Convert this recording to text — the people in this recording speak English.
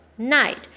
Night